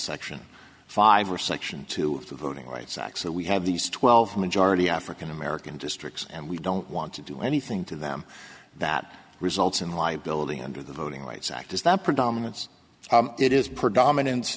section five or section two of the voting rights act so we have these twelve majority african american districts and we don't want to do anything to them that results in liability under the voting rights act is that predominance it is predominant